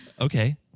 okay